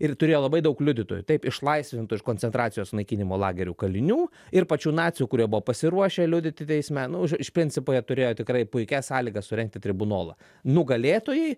ir turėjo labai daug liudytojų taip išlaisvintų iš koncentracijos naikinimo lagerių kalinių ir pačių nacių kurie buvo pasiruošę liudyti teisme už iš principo jie turėjo tikrai puikias sąlygas surengti tribunolą nugalėtojai